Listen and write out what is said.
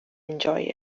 enjoy